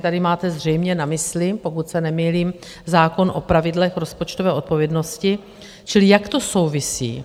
Tady máte zřejmě na mysli, pokud se nemýlím, zákon o pravidlech rozpočtové odpovědnosti čili jak to souvisí?